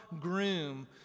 groom